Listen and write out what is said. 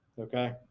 Okay